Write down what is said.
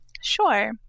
sure